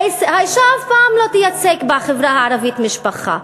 האישה אף פעם לא תייצג בחברה הערבית משפחה.